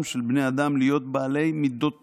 של בני האדם להיות 'בעלי מידות טובות',